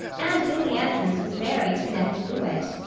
and billy andrews was married to nettie blewett!